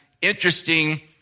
interesting